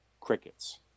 Crickets